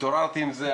התעוררתי עם זה,